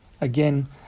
again